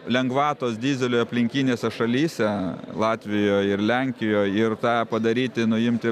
lengvatos dyzeliui aplinkinėse šalyse latvijoj ir lenkijoj ir tą padaryti nuimti